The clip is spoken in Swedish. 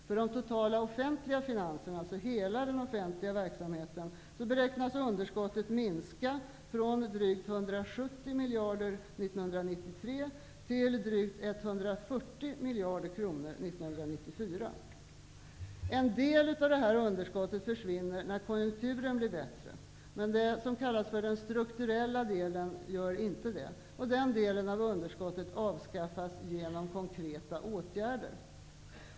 För de totala offentliga finanserna för hela den offentliga verksamheten beräknas underskottet minska från drygt 170 En del av det här underskottet försvinner när konjunkturen blir bättre, men det som kallas för den strukturella delen gör inte det. Den delen av underskottet avskaffas genom konkreta åtgärder.